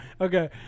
Okay